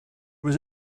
was